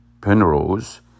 Penrose